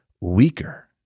weaker